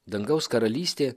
dangaus karalystė